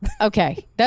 Okay